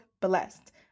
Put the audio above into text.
blessed